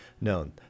known